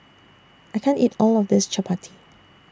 I can't eat All of This Chapati